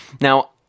Now